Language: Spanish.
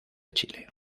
chile